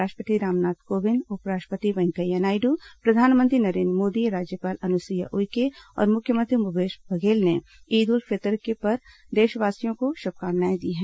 राष्ट्रपति रामनाथ कोविंद उपराष्ट्रपति वैंकेया नायडू प्रधानमंत्री नरेन्द्र मोदी राज्यपाल अनुसुईया उइके और मुख्यमंत्री भूपेश बघेल ने ईद उल फितर पर देशवासियों को शुभकामनाए दी हैं